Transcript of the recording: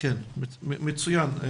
מצוין.